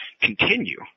continue